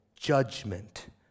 judgment